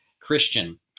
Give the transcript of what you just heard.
Christian